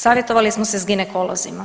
Savjetovali smo se s ginekolozima.